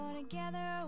together